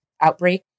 outbreak